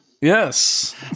Yes